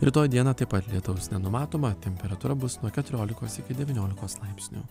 rytoj dieną taip pat lietaus nenumatoma temperatūra bus nuo keturiolikos iki devyniolikos laipsnių